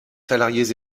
salariés